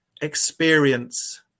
experience